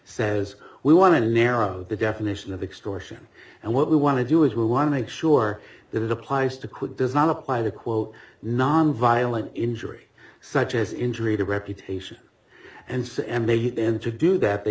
says we want to narrow the definition of extortion and what we want to do is we want to make sure that it applies to quit does not apply the quote nonviolent injury such as injury to reputation and so emily then to do that they